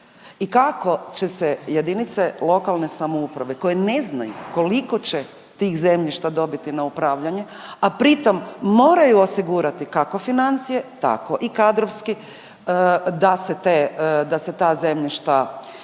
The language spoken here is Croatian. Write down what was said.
I kako će se jedinice lokalne samouprave koje ne znaju koliko će tih zemljišta dobiti na upravljanje, a pritom moraju osigurati kako financije, tako i kadrovski, da se ta zemljišta